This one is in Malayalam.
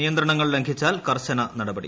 നിയന്ത്രണങ്ങൾ ലംഘിച്ചാൽ കർശന നടപടി